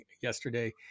yesterday